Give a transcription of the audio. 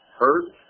hurt